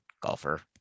golfer